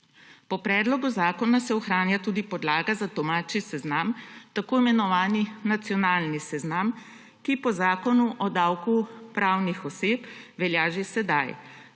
Po predlogu zakona se ohranja tudi podlaga za domači seznam tako imenovani nacionalni seznam, ki po Zakonu o davku pravnih oseb velja že sedaj,